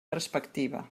respectiva